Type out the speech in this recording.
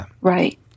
Right